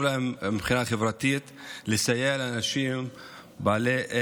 להם מבחינה חברתית לסייע לאנשים חלשים,